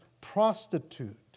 prostitute